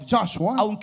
Joshua